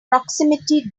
proximity